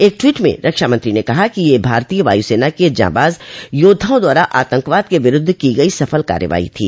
एक ट्वीट में रक्षामंत्रो ने कहा कि यह भारतीय वायुसेना के जांबाज योद्धाओं द्वारा आतंकवाद के विरूद्ध की गई सफल कार्रवाई थी